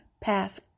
Path